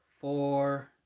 four